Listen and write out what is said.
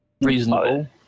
reasonable